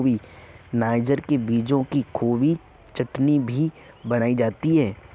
niger के बीजों की सूखी चटनी भी बनाई जाती है